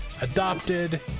adopted